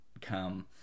come